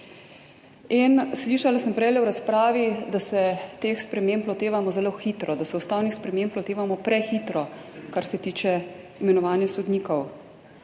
v razpravi sem slišala, da se teh sprememb lotevamo zelo hitro, da se ustavnih sprememb lotevamo prehitro, kar se tiče imenovanja sodnikov,